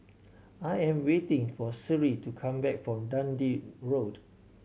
I am waiting for Sherree to come back from Dundee Road